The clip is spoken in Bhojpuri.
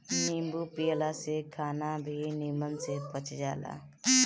नींबू पियला से खाना भी निमन से पच जाला